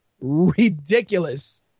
Ridiculous